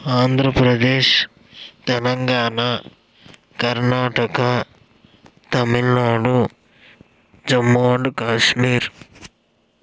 Andhra Pradesh Telangana Karnataka Tamil Nadu Jammu and Kashmir